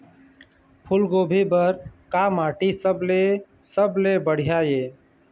फूलगोभी बर का माटी सबले सबले बढ़िया ये?